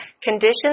Conditions